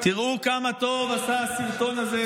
תראו כמה טוב עשה הסרטון הזה של אנשים,